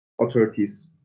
authorities